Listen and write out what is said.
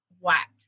whack